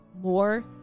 more